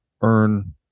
earn